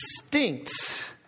distinct